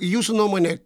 jūsų nuomonė